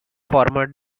former